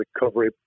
recovery